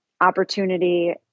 opportunity